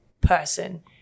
person